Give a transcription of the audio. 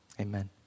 Amen